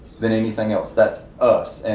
than anything else. that's us,